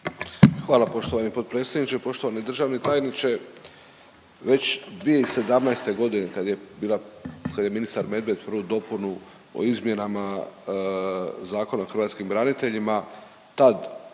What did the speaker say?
Hvala poštovani potpredsjedniče. Poštovani državni tajniče, već 2017.g. kad je bila, kad je ministar Medved prvu dopunu o izmjenama Zakona o hrvatskim braniteljima